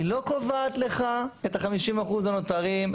היא לא קובעת לך את ה-50% הנותרים,